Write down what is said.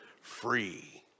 free